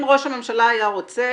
אם ראש הממשלה היה רוצה,